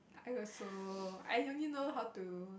I also I only know how to